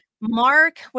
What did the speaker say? Mark